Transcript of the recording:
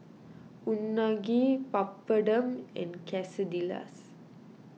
Unagi Papadum and Quesadillas